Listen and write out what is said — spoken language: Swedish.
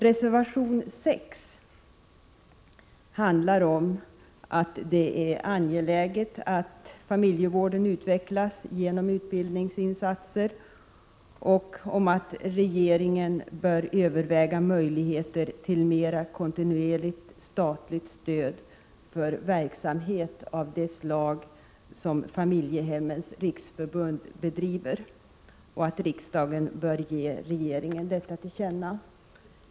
Reservation 6 handlar om att det är angeläget att familjevården utvecklas genom utbildningsinsatser, om att regeringen bör överväga möjligheter till mera kontinuerligt stöd för verksamhet av det slag som Familjehemmens riksförbund bedriver och om att riksdagen bör ge regeringen detta till känna.